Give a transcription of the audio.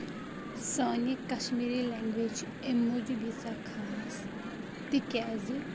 سانہِ کَشمیٖری لینٛگویٚج چھِ اَمہِ موٗجوٗب یٖژہ خاص تِکیازِ